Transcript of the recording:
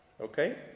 Okay